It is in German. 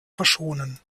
verschonen